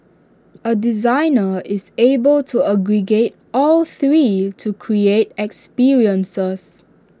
A designer is able to aggregate all three to create experiences